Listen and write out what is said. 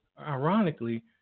ironically